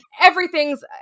everything's